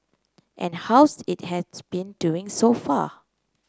and how's it has been doing so far